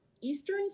eastern